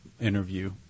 interview